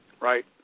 Right